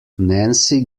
nancy